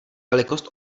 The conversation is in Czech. velikost